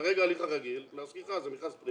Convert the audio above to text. כרגע ההליך הרגיל הוא מכרז פנימי,